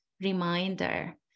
reminder